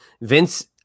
Vince